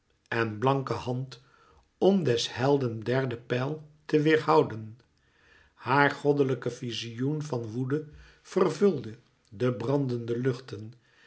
en blanke hand om des helden derde pijl te weêrhouden haar goddelijke vizioen van woede vervulde de brandende luchten